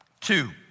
Two